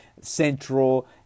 Central